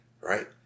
right